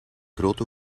grote